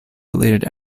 related